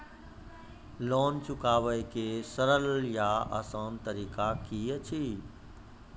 Loan चुकाबै के सरल या आसान तरीका की अछि?